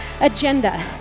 agenda